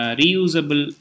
reusable